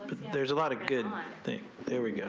but there's a lot of good things the